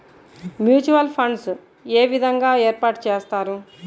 Mutual funds ఏ విధంగా ఏర్పాటు చేస్తారు?